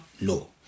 No